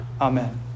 Amen